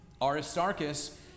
Aristarchus